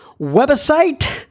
website